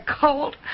cold